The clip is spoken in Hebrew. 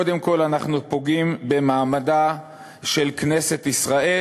קודם כול אנחנו פוגעים במעמדה של כנסת ישראל,